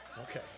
Okay